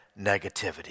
negativity